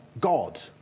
God